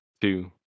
two